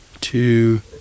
two